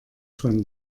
von